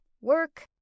work